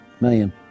Million